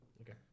Okay